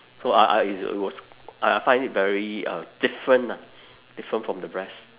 so I I it was I I find it very um different lah different from the rest